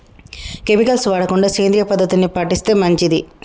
chemicals వాడకుండా సేంద్రియ పద్ధతుల్ని పాటిస్తే మంచిది